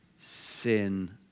sin